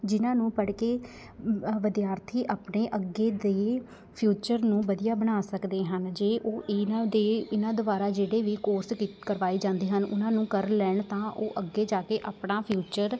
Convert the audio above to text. ਜਿਨ੍ਹਾਂ ਨੂੰ ਪੜ੍ਹ ਕੇ ਵਿਦਿਆਰਥੀ ਆਪਣੇ ਅੱਗੇ ਦੇ ਫਿਊਚਰ ਨੂੰ ਵਧੀਆ ਬਣਾ ਸਕਦੇ ਹਨ ਜੇ ਉਹ ਇਹਨਾਂ ਦੇ ਇਹਨਾਂ ਦੁਆਰਾ ਜਿਹੜੇ ਵੀ ਕੋਰਸ ਕੀਤ ਕਰਵਾਏ ਜਾਂਦੇ ਹਨ ਉਹਨਾਂ ਨੂੰ ਕਰ ਲੈਣ ਤਾਂ ਉਹ ਅੱਗੇ ਜਾ ਕੇ ਆਪਣਾ ਫਿਊਚਰ